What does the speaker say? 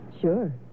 Sure